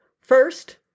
First